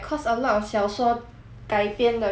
改编的 drama or like not bad sia